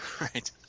Right